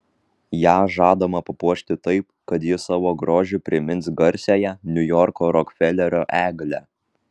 ją žadama papuošti taip kad ji savo grožiu primins garsiąją niujorko rokfelerio eglę